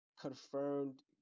Confirmed